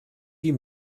wie